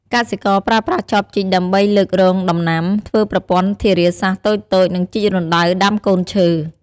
កសិករប្រើប្រាស់ចបជីកដើម្បីលើករងដំណាំ ធ្វើប្រព័ន្ធធារាសាស្រ្តតូចៗ និងជីករណ្តៅដាំកូនឈើ។